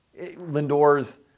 Lindor's